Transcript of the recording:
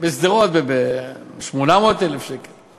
בשדרות ב-800,000 שקל,